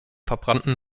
verbrannten